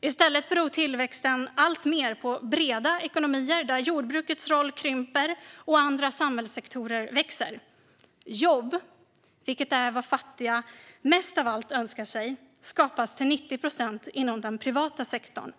I stället beror tillväxten alltmer på breda ekonomier där jordbrukets roll krymper och andra samhällssektorer växer. Jobb, vilket är vad fattiga mest av allt önskar sig, skapas till 90 procent inom den privata sektorn.